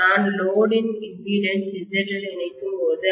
நான் லோடு இன் impedance ZL இணைக்கும்போதுL